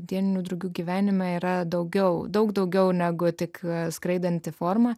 dieninių drugių gyvenime yra daugiau daug daugiau negu tik skraidanti forma